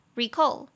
recall